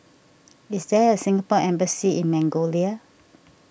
is there a Singapore Embassy in Mongolia